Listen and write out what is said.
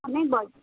आम्ही ब